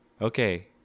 okay